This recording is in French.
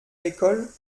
l’école